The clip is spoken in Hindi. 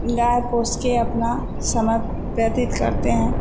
गाय को उसके अपना समय व्यतीत करते हैं